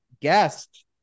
guest